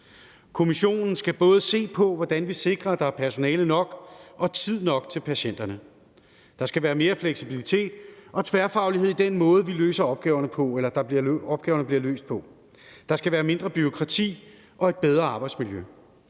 Kommissionen skal se på, hvordan vi sikrer, at der både er personale og tid nok til patienterne. Der skal være mere fleksibilitet og tværfaglighed i den måde, opgaverne bliver løst på. Der skal være mindre bureaukrati og et bedre arbejdsmiljø.